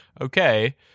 okay